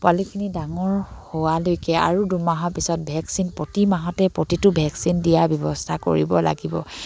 পোৱালিখিনি ডাঙৰ হোৱালৈকে আৰু দুমাহৰ পিছত ভেকচিন প্ৰতি মাহতে প্ৰতিটো ভেকচিন দিয়া ব্যৱস্থা কৰিব লাগিব